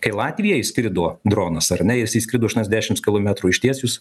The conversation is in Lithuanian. kai latviją įskrido dronas ar ne jisai skrido aštuoniasdešims kilometrų išties jūs